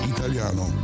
Italiano